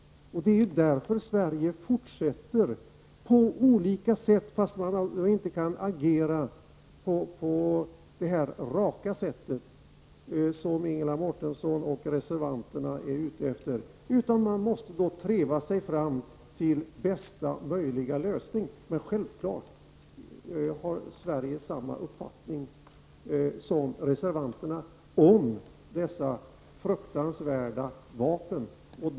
Det är ju därför Sverige fortsätter att arbeta på olika sätt. Vi kan inte agera på det raka sätt som Ingela Mårtensson och reservanterna vill. Vi måste treva oss fram till bästa möjliga lösning. Självfallet har Sverige samma uppfattning som reservanterna om dessa fruktansvärda vapen.